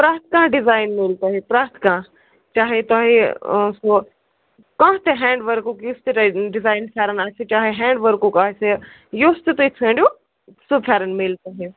پرٮ۪تھ کانٛہہ ڈِزایِن مِل تۄہہِ پرٮ۪تھ کانٛہہ چاہیے تۄہہِ ہُہ کانٛہہ تہِ ہٮ۪نٛڈ ؤرکُک یُس تہِ ڈِزایِن فرٮ۪ن آسہِ چاہیے ہٮ۪نڈ ؤرکُک آسہِ یُس تہِ تۄہہِ ژٲنٛڈِو سُہ پھٮ۪رن مِلہِ تۄہہِ